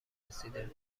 رسیده